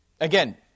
again